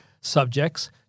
subjects